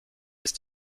ist